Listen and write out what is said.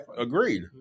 Agreed